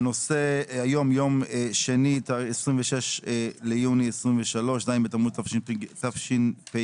היום יום שני, 26 ביוני 2023, ז' בתמוז תשפ"ג,